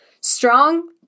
Strong